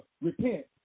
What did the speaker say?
repent